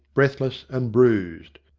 breathless and bruised.